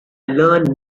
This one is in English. learn